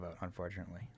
unfortunately